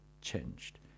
changed